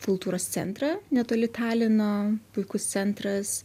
kultūros centrą netoli talino puikus centras